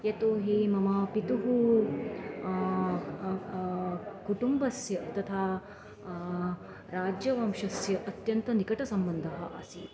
यतोहि मम पितुः कुटुम्बस्य तथा राज्यवंशस्य अत्यन्तः निकटसम्बन्धः आसीत्